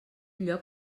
lloc